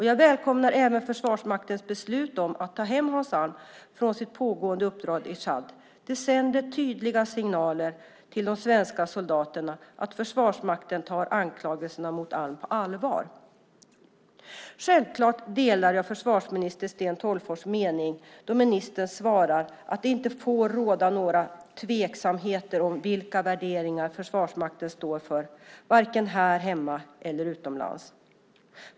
Jag välkomnar även Försvarsmaktens beslut att ta hem Hans Alm från hans pågående uppdrag i Tchad. Det sänder tydliga signaler till de svenska soldaterna att Försvarsmakten tar anklagelserna mot Alm på allvar. Självfallet delar jag försvarsminister Sten Tolgfors mening då ministern svarar att det inte får råda några tveksamheter om vilka värderingar Försvarsmakten står för vare sig här hemma eller utomlands.